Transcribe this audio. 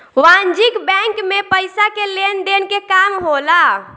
वाणिज्यक बैंक मे पइसा के लेन देन के काम होला